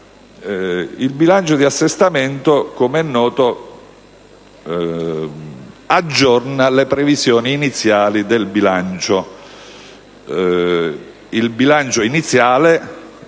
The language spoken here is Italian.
Il bilancio di assestamento, com'è noto, aggiorna le previsioni iniziali del bilancio. Il bilancio iniziale